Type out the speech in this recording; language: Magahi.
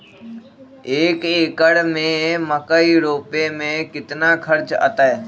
एक एकर में मकई रोपे में कितना खर्च अतै?